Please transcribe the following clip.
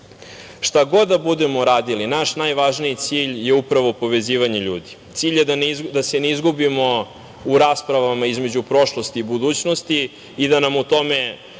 Šta god da budemo radili naš najvažniji cilj je upravo povezivanje ljudi. Cilj je da se ne izgubimo u raspravama između prošlosti i budućnosti i da nam u tome